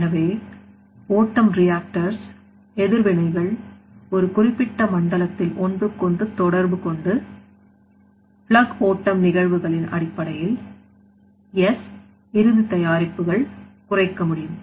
எனவே ஓட்டம் reactors எதிர்வினைகள் ஒரு குறிப்பிட்ட மண்டலத்தில் ஒன்றுக்கொன்று தொடர்புகொண்டு பிளக் ஓட்டம் நிகழ்வுகளின் அடிப்படையில் S இறுதி தயாரிப்புகள் குறைக்க முடியும்